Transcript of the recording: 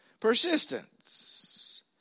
Persistence